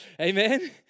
Amen